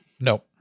No